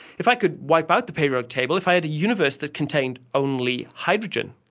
if i could wipe out the periodic table, if i had a universe that contained only hydrogen,